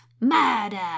murder